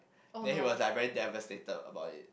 then he was like very devastated about it